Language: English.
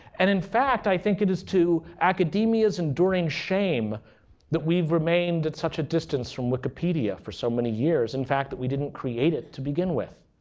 and in fact, i think it is to academia's enduring shame that we've remained at such a distance from wikipedia for so many years. in fact, that we didn't create it to begin with.